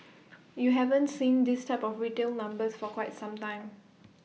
you haven't seen this type of retail numbers for quite some time